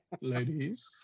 ladies